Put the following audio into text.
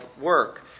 work